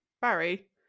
Barry